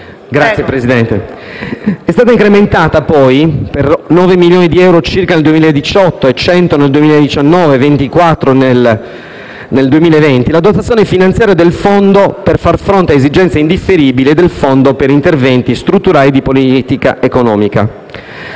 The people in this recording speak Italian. Grazie, Presidente. È stata incrementata di 9 milioni di euro circa nel 2018, 100 nel 2019 e 24 nel 2020 la dotazione finanziaria per far fronte a esigenze indifferibili del fondo per interventi strutturali di politica economica.